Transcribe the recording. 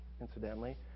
incidentally